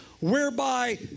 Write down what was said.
whereby